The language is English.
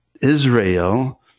Israel